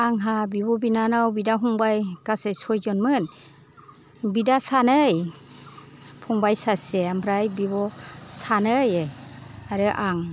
आंहा बिब' बिनानाव बिदा फंबाय गासै सयजनमोन बिदा सानै फंबाय सासे ओमफ्राय बिब' सानै आरो आं